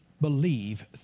believe